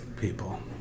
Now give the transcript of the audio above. people